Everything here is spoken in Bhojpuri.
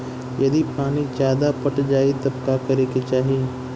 यदि पानी ज्यादा पट जायी तब का करे के चाही?